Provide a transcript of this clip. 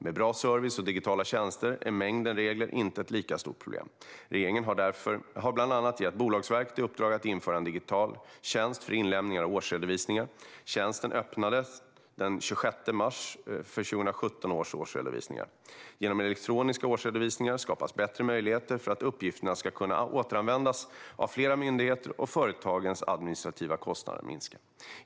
Med bra service och digitala tjänster är mängden regler inte ett lika stort problem. Regeringen har bland annat gett Bolagsverket i uppdrag att införa en digital tjänst för inlämning av årsredovisningar. Tjänsten öppnade den 26 mars för 2017 års årsredovisningar. Genom elektroniska årsredovisningar skapas bättre möjligheter för att uppgifterna ska kunna återanvändas av flera myndigheter och företagens administrativa kostnader minska.